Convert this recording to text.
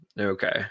Okay